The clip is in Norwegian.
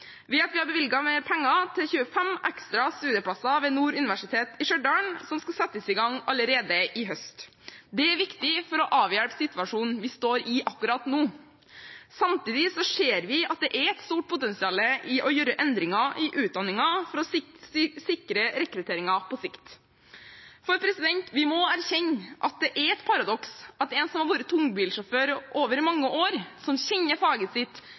at vi har bevilget mer penger til 25 ekstra studieplasser ved Nord universitet i Stjørdal, som skal settes i gang allerede i høst. Det er viktig for å avhjelpe situasjonen vi står i akkurat nå. Samtidig ser vi at det er et stort potensial i å gjøre endringer i utdanningen for å sikre rekrutteringen på sikt. For vi må erkjenne at det er et paradoks at en som har vært tungbilsjåfør over mange år, som kjenner faget sitt,